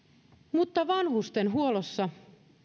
mutta vanhustenhuollossa